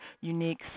unique